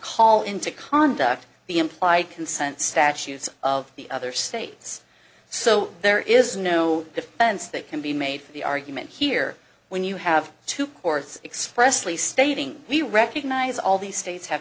call into conduct the implied consent statutes of the other states so there is no defense that can be made for the argument here when you have two courts expressly stating we recognize all these states have